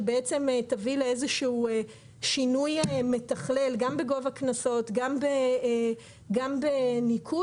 שתביא לשינוי מתכלל גם בגובה קנסות וגם בניקוד,